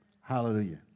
Hallelujah